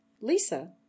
Lisa